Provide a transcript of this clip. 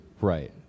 Right